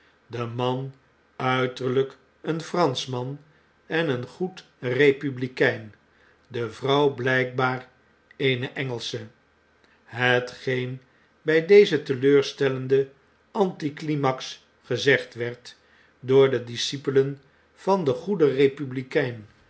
de man uiterlyk een franschman en een goed eepublikein de vrouw bujkbaar eene engelsche hetgeen bg deze teleurstellende anti klimax gezegd werd door de discipelen van den goeden republikein